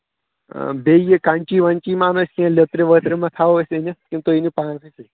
بیٚیہِ یہِ کَنچی وَنچی ما اَنو أسۍ کینٛہہ لیٚترِ ویٚترِ ما تھاوَو أسۍ أنِتھ کِنہٕ تُہۍ أنِو پانسٕے سۭتۍ